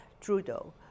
Trudeau